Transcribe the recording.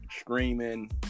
screaming